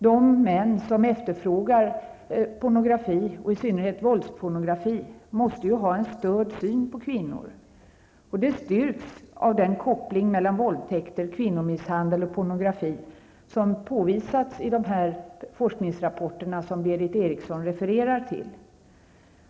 De män som efterfrågar pornografi, i synnerhet våldspornografi, måste ha en störd syn på kvinnor. Det styrks av den koppling mellan våldtäkter, kvinnomisshandel och pornografi som påvisats i de forskningsrapporter som Berith Eriksson refererade till.